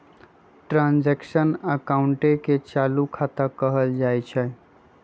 transaction अकाउंटे के चालू खता कहल जाइत हइ